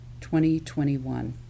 2021